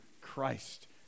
Christ